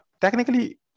technically